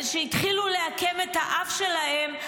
אז שיתחילו לעקם את האף שלהם,